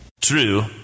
True